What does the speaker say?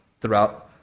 throughout